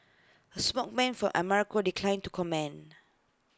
A spokesman for America declined to comment